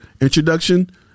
Introduction